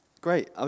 great